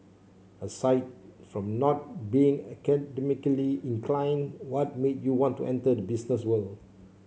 aside from not being academically inclined what made you want to enter the business world